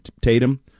Tatum